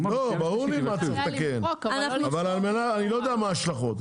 ברור לי אבל אני לא יודע מה ההשלכות.